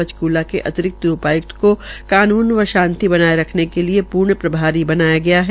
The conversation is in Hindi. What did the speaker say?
पंचकूला के अतिरिक्त उपाय्क्त को कानुन व शांत बनाये रखने के लिये पूर्णप्रभारी बनाया गया है